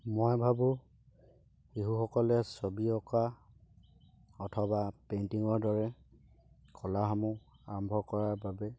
মই ভাবোঁ যিসকলে ছবি অঁকা অথবা পেইণ্টিঙৰ দৰে কলাসমূহ আৰম্ভ কৰাৰ বাবে